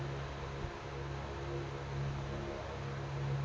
ನಾವು ಡಿಪಾಸಿಟ್ ಮಾಡಿದ ರೊಕ್ಕಿಗೆ ಎಷ್ಟು ಬಡ್ಡಿ ಹಾಕ್ತಾರಾ?